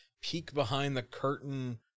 peek-behind-the-curtain